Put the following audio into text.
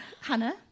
Hannah